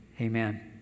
amen